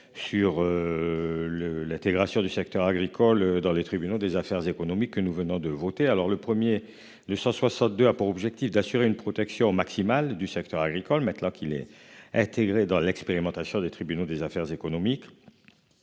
Le l'intégration du secteur agricole dans les tribunaux des affaires et. Que nous venons de voter, alors le premier le 162 a pour objectif d'assurer une protection maximale du secteur agricole matelas qu'il est. Intégré dans l'expérimentation des tribunaux des affaires économiques.